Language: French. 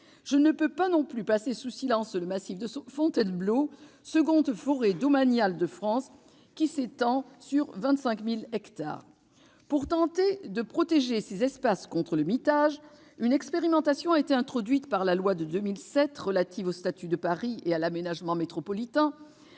Je ne puis non plus passer sous silence le massif de Fontainebleau, seconde forêt domaniale de France, qui s'étend sur 25 000 hectares. Pour tenter de protéger ces espaces contre le mitage, une expérimentation a été introduite par la loi de 2007 relative au statut de Paris et à l'aménagement métropolitain.